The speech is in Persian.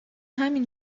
همین